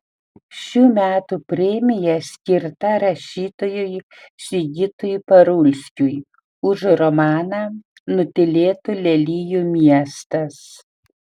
šių metų premija skirta rašytojui sigitui parulskiui už romaną nutylėtų lelijų miestas